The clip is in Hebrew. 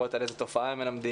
לראות על איזו תופעה הם מלמדים,